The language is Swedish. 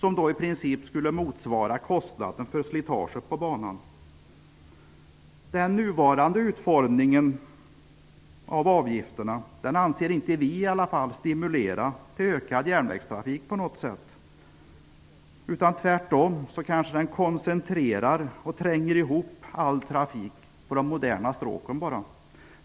De skulle i princip motsvara kostnaden för slitaget på banan. Vi anser inte att den nuvarande utformningen av avgifterna på något sätt stimulerar till en ökad järnvägstrafik. Det är tvärtom så att den koncentrerar och tränger ihop all trafik på de moderna stråken.